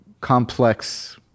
complex